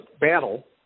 battle